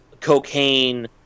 cocaine